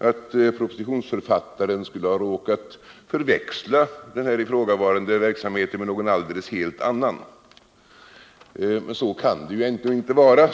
under denna vinter och vår skulle ha råkat förväxla denna verksamhet med någon helt annan. Men så kan det ändå inte vara.